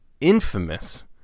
infamous